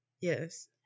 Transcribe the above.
Yes